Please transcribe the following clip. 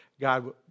God